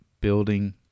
building